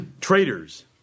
traitors